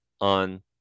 on